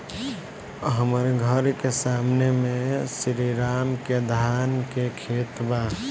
हमर घर के सामने में श्री राम के धान के खेत बा